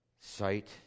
sight